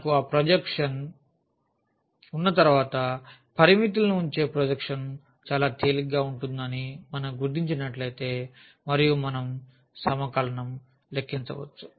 మనకు ఆ ప్రొజెక్షన్ ఉన్న తర్వాత పరిమితులను ఉంచే ప్రొజెక్షన్ చాలా తేలికగా ఉంటుందని మనం గుర్తించినట్లయితే మరియు మనము సమకలనం ను లెక్కించవచ్చు